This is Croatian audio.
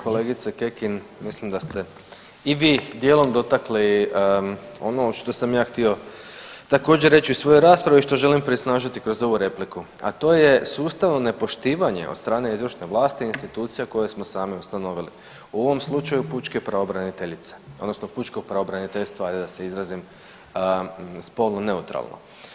Kolegice Kekin mislim da ste i vi dijelom dotakli ono što sam ja htio također reći u svojoj raspravi što želim prisnažiti kroz ovu repliku, a to je sustavno nepoštivanje od strane izvršne vlasti i institucija koje smo sami ustanovili u ovom slučaju pučke pravobraniteljice odnosno pučkog pravobraniteljstva, ajde da se izrazim spolno neutralno.